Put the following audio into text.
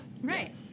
Right